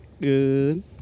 Good